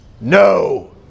No